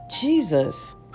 Jesus